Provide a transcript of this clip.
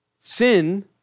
Sin